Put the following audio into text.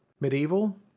medieval